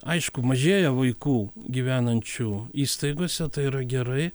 aišku mažėja vaikų gyvenančių įstaigose tai yra gerai